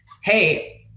Hey